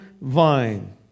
vine